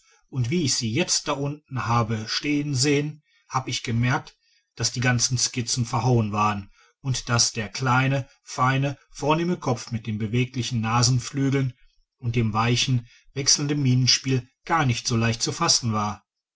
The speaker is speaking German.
und wie ich sie jetzt da unten habe stehen sehen habe ich gemerkt daß die ganzen skizzen verhauen waren und daß der kleine feine vornehme kopf mit den beweglichen nasenflügeln und dem weichen wechselnden mienenspiel gar nicht so leicht zu fassen war